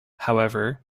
however